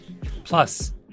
Plus